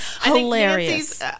hilarious